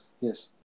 yes